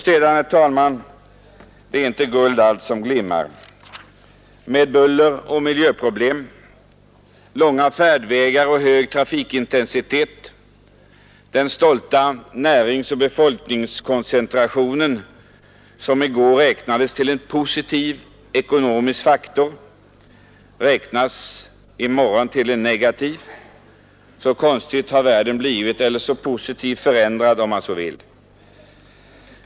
Sedan, herr talman, är det inte guld allt som glimmar — med buller och miljöproblem, långa färdvägar och hög trafikintensitet. Den stolta näringsoch befolkningskoncentrationen, som i går räknades som en positiv ekonomisk faktor, räknas i morgon som en negativ. Så konstig har världen blivit — eller så positivt förändrad, om man så vill.